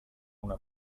una